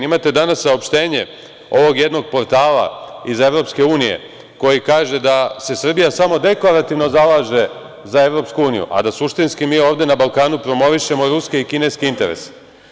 Imate danas saopštenje ovog jednog portala iz EU koji kaže da se Srbija samo deklarativno zalaže za EU, a da suštinski ovde na Balkanu promovišemo Ruske i Kineske interese.